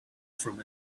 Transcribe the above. from